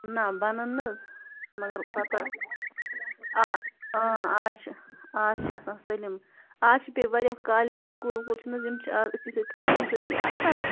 نہ بَنَن نہٕ حظ مگر پتہ آ اۭں آز چھِ آز چھِ آسان سٲلِم آز چھِ بیٚیہِ واریاہ کالیج سُکوٗل وکوٗل چھِنہٕ حظ یِم چھِ أتھی سۭتۍ ٹرٛیکِنٛگ سۭتی آسان